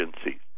agencies